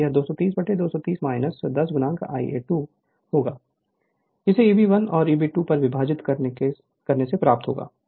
तो यह 230 230 10 Ia2 होगा इसे Eb1 को Eb 2 पर विभाजित करने से प्राप्त होगा